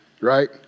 right